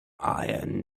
iron